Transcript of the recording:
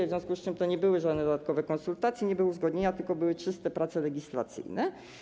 W związku z tym to nie były żadne dodatkowe konsultacje, nie były to uzgodnienia, tylko były to prace legislacyjne.